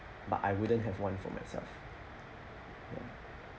but I wouldn't have one for myself ya